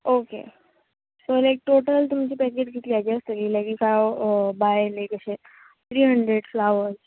okay so like total तुमची पेकेड कितल्याची आसतली लायक ईफ हांव बाय एक अशें त्री हंड्रेड फ्लावर्स